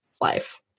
life